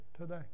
today